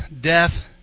death